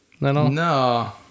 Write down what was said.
No